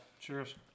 Cheers